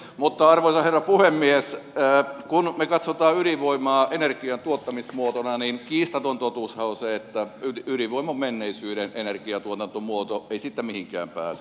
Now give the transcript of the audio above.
mutta arvoisa herra puhemies kun me katsomme ydinvoimaa energiantuottamismuotona niin kiistaton totuushan on se että ydinvoima on menneisyyden energiantuotantomuoto ei siitä mihinkään pääse